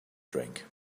drink